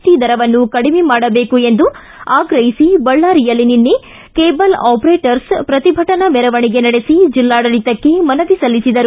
T ದರವನ್ನು ಕಡಿಮೆ ಮಾಡಬೇಕು ಎಂದು ಆಗ್ರಹಿಸಿ ಬಳ್ಳಾರಿಯಲ್ಲಿ ನಿನ್ನೆ ಕೇಬಲ್ ಆಪರೇಟರ್ಸ್ ಪ್ರತಿಭಟನಾ ಮೆರವಣಿಗೆ ನಡೆಸಿ ಜಿಲ್ಲಾಡಳಿತಕ್ಕೆ ಮನವಿ ಸಲ್ಲಿಸಿದರು